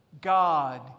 God